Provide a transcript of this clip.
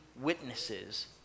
witnesses